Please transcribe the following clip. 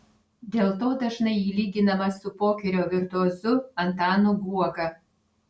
dėl to dažnai ji lyginama su pokerio virtuozu antanu guoga